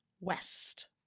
West